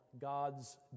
God's